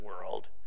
world